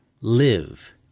live